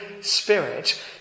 Spirit